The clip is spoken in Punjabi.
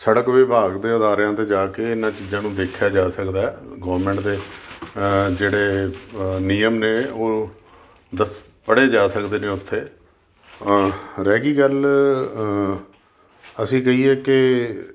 ਸੜਕ ਵਿਭਾਗ ਦੇ ਅਦਾਰਿਆਂ 'ਤੇ ਜਾ ਕੇ ਇਹਨਾਂ ਚੀਜ਼ਾਂ ਨੂੰ ਦੇਖਿਆ ਜਾ ਸਕਦਾ ਹੈ ਗਵਰਮੈਂਟ ਦੇ ਜਿਹੜੇ ਨਿਯਮ ਨੇ ਉਹ ਪੜ੍ਹੇ ਜਾ ਸਕਦੇ ਨੇ ਉੱਥੇ ਰਹਿ ਗਈ ਗੱਲ ਅਸੀਂ ਕਹੀਏ ਕਿ